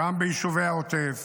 גם ביישובי העוטף